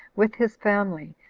with his family,